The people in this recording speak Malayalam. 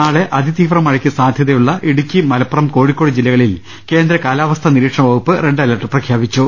നാളെ അതിതീവ്ര മഴയ്ക്ക് സാധ്യ തയുളള ഇടുക്കി മലപ്പുറം കോഴിക്കോട് ജില്ലകളിൽ കേന്ദ്ര കാലാവസ്ഥാ നിരീ ക്ഷണ വകുപ്പ് റെഡ് അലർട്ട് പ്രഖ്യാപിച്ചു